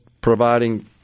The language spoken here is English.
providing